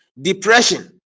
depression